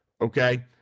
okay